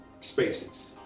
spaces